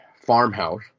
farmhouse